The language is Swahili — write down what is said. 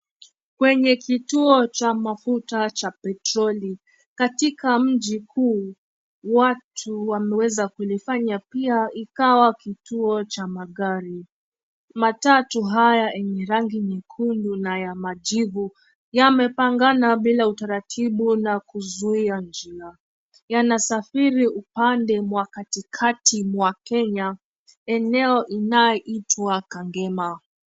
Kwenye kituo cha mafuta cha petroli, katika mji huu, watu wameweza kunifanya pia ikawa kituo cha magari. Matatu haya yenye rangi nyekundu na ya majivu yamepangana bila utaratibu na kuzuia njia, yanasafiri upande mwa katikati mwa Kenya eneo inayoitwa Kangema.